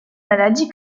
maladie